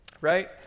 right